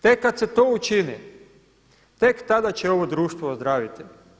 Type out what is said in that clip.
Tek kad se to učini, tek tada će ovo društvo ozdraviti.